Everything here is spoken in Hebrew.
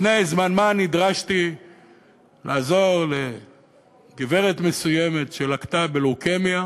לפני זמן מה נדרשתי לעזור לגברת מסוימת שלקתה בלוקמיה